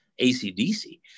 ACDC